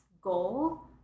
goal